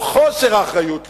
או חוסר האחריות לעתים,